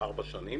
ארבע שנים.